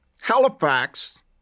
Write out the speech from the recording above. Halifax